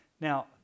Now